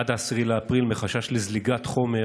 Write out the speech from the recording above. עד 10 באפריל, מחשש לזליגת חומר